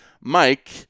Mike